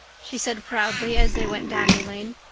she said proudly as they went down the lane.